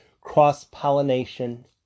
cross-pollination